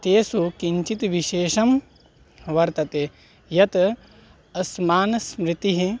तेषु किञ्चित् विशेषं वर्तते यत् अस्मान् स्मृतिः